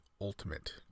ultimate